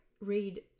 read